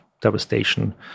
devastation